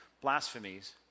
blasphemies